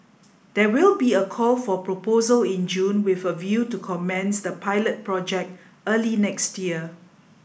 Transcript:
there will be a call for proposal in June with a view to commence the pilot project early next year